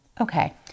okay